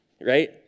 right